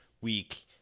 week